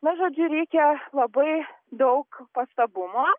na žodžiu reikia labai daug pastabumo